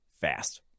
Fast